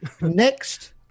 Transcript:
next